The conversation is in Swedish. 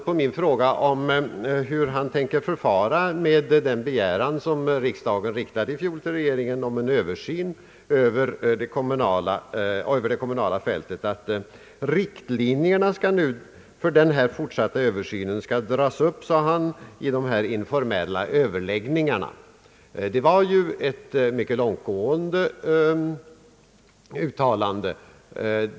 På min fråga om hur han tänker förfara med den begäran riksdagen i fjol riktade till regeringen om en översyn av det kommunala fältet svarade statsrådet att riktlinjerna för denna fortsatta översyn skall dras upp vid de informella överläggningarna. Det var ett mycket långtgående uttalande.